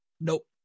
nope